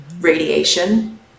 radiation